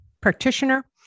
practitioner